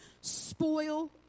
spoil